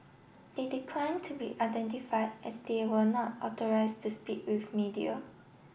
they declined to be identified as they were not authorised to speak with media